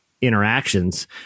interactions